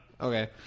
Okay